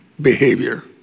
behavior